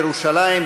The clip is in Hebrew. לירושלים,